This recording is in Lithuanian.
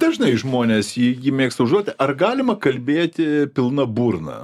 dažnai žmonės jį jį mėgsta užduot ar galima kalbėti pilna burna